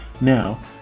now